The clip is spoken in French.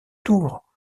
tour